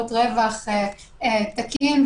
במקרים הבודדים הללו משטרת ישראל תקבל את